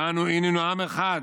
ואנו היננו עם אחד.